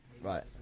Right